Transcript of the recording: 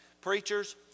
preachers